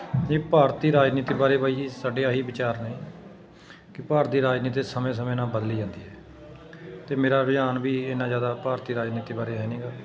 ਜੇ ਭਾਰਤੀ ਰਾਜਨੀਤੀ ਬਾਰੇ ਬਾਈ ਜੀ ਸਾਡੇ ਆਹੀ ਵਿਚਾਰ ਨੇ ਕਿ ਭਾਰਤੀ ਰਾਜਨੀਤੀ ਸਮੇਂ ਸਮੇਂ ਨਾਲ ਬਦਲੀ ਜਾਂਦੀ ਹੈ ਅਤੇ ਮੇਰਾ ਰੁਝਾਨ ਵੀ ਇੰਨਾ ਜ਼ਿਆਦਾ ਭਾਰਤੀ ਰਾਜਨੀਤੀ ਬਾਰੇ ਹੈ ਨੀਗਾ